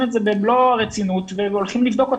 את זה במלוא הרצינות והולכים לבדוק אותן.